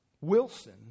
Wilson